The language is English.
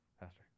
Pastor